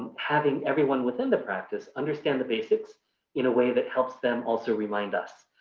having everyone within the practice understand the basics in a way that helps them also remind us.